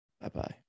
bye-bye